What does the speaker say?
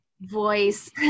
voice